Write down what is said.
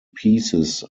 pieces